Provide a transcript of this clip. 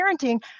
parenting